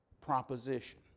proposition